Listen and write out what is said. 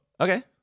Okay